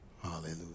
Hallelujah